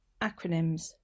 Acronyms